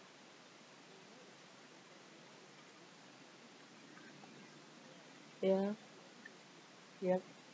ya yup